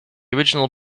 original